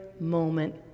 moment